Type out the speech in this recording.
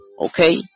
okay